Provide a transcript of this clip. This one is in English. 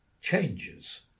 changes